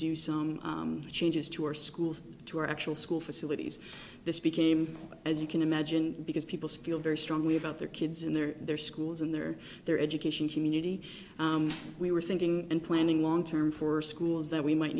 do some change to our schools to our actual school facilities this became as you can imagine because people spiel very strongly about their kids in their schools and their their education community we were thinking and planning long term for schools that we might